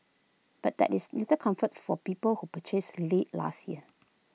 but that is little comfort for people who purchased late last year